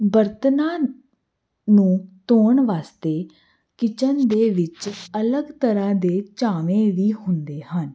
ਬਰਤਨਾਂ ਨੂੰ ਧੋਣ ਵਾਸਤੇ ਕਿਚਨ ਦੇ ਵਿੱਚ ਅਲੱਗ ਤਰ੍ਹਾਂ ਦੇ ਝਾਵੇਂ ਵੀ ਹੁੰਦੇ ਹਨ